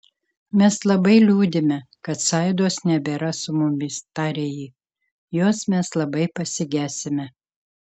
mes labai liūdime kad saidos nebėra su mumis tarė ji jos mes labai pasigesime